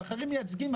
ואחרים מייצגים,